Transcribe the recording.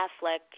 Affleck